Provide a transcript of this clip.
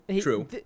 True